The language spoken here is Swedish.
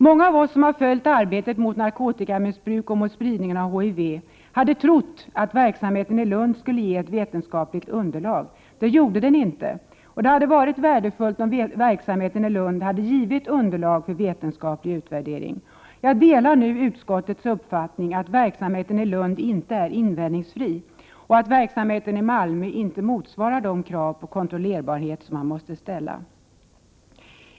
Många av oss som följt arbetet mot narkotikamissbruk och mot spridningen av HIV hade trott att verksamheten i Lund skulle ge ett vetenskapligt underlag. Det gjorde den inte. Det hade varit värdefullt om verksamheten i Lund hade givit underlag för vetenskaplig utvärdering. Jag delar nu utskottets uppfattning att verksamheten i Malmö inte motsvarar de krav på kontrollerbarhet man måste ställa.